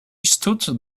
stood